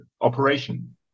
operation